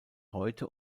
heute